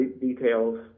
details